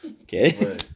Okay